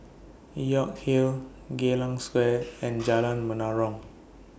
York Hill Geylang Square and Jalan Menarong